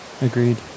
agreed